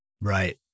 Right